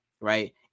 Right